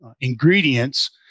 ingredients